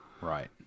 Right